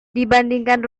dibandingkan